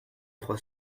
trois